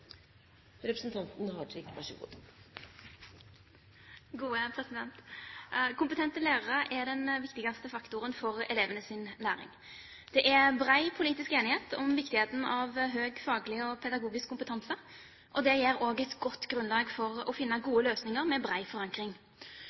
politisk enighet om viktigheten av høy faglig og pedagogisk kompetanse. Det gir også et godt grunnlag for å finne gode løsninger med bred forankring.